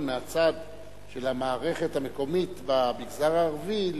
מהצד של המערכת המקומית במגזר הערבי,